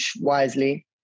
wisely